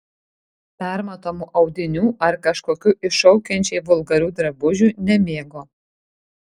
permatomų audinių ar kažkokių iššaukiančiai vulgarių drabužių nemėgo